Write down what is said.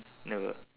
never